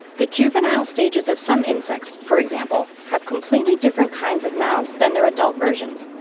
the juvenile stages of some insects, for example, have completely different kinds of mouths than their adult versions,